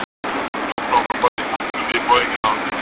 no problem, but it has to be going out.